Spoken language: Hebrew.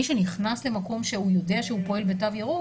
מי שנכנס למקום שהוא יודע שהוא פועל בתו ירוק